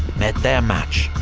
met their match,